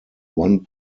one